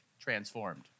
transformed